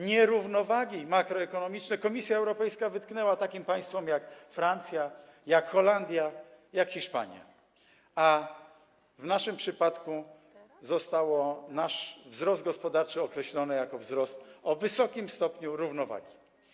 Nierównowagi makroekonomiczne Komisja Europejska wytknęła takim państwom jak Francja, Holandia i Hiszpania, a w naszym przypadku wzrost gospodarczy został określony jako wzrost o wysokim stopniu równowagi.